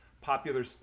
popular